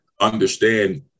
understand